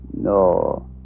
no